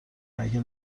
مگه